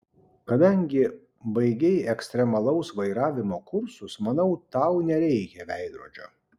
kadangi baigei ekstremalaus vairavimo kursus manau tau nereikia veidrodžio